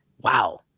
wow